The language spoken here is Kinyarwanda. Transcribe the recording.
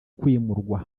kwimurwa